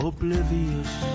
Oblivious